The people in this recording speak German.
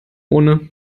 ohne